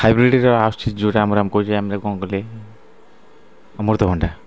ହାଇବ୍ରିଡ଼ିର ଆସୁଛି ଯେଉଁଟା ଆମର ଆମେ କହୁଛେ ଆମେ ତାକୁ କ'ଣ କଲେ ଅମୃତଭଣ୍ଡା